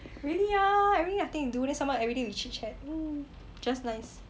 really ah everyday nothing to do then somemore everyday we chit chat oo just nice